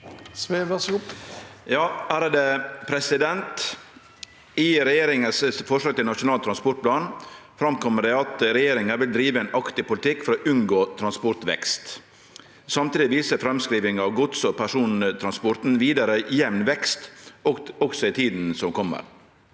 (FrP) «I regjeringens forslag til Nasjonal transportplan framkommer det at regjeringen vil drive en aktiv politikk for å unngå transportvekst. Samtidig viser framskrivinger av gods- og persontransporten videre jevn vekst også i tiden som kommer.